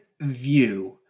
view